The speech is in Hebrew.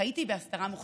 חייתי בהסתרה מוחלטת.